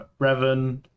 Revan